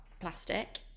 plastic